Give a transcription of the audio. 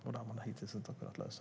Det har man hittills inte kunnat lösa.